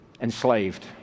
enslaved